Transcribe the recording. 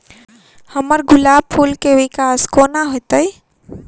हम्मर गुलाब फूल केँ विकास कोना हेतै?